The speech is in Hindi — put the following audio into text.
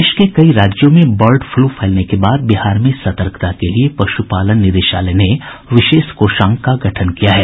देश के कई राज्यों में बर्ड फ्लू फैलने के बाद बिहार में सतर्कता के लिये पशुपालन निदेशालय ने विशेष कोषांग का गठन किया है